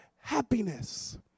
happiness